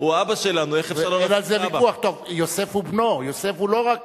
הוא האבא שלנו, איך אפשר לא להסכים עם אבא?